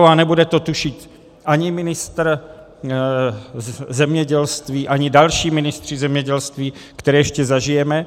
A nebude to tušit ani ministr zemědělství, ani další ministři zemědělství, které ještě zažijeme.